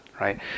right